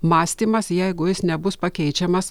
mąstymas jeigu jis nebus pakeičiamas